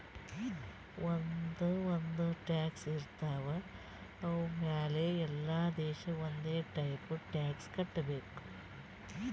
ಒಂದ್ ಒಂದ್ ಟ್ಯಾಕ್ಸ್ ಇರ್ತಾವ್ ಅವು ಮ್ಯಾಲ ಎಲ್ಲಾ ದೇಶ ಒಂದೆ ಟೈಪ್ ಟ್ಯಾಕ್ಸ್ ಕಟ್ಟಬೇಕ್